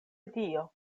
dio